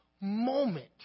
moment